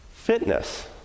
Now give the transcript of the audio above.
Fitness